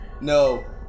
No